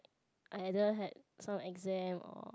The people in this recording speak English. either had some exam or